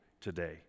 today